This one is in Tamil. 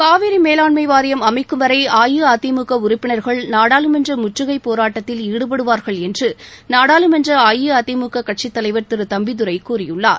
காவிரி மேலாண்மை வாரியம் அமைக்கும் வரை அஇஅதிமுக உறுப்பினர்கள் நாடாளுமன்ற முற்றுகை போராட்டத்தில் ஈடுபடுவார்கள் என்று நாடாளுமன்ற அஇஅதிமுக கட்சித்தலைவர் திரு தம்பிதுரை கூறியுள்ளார்